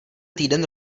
týden